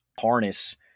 harness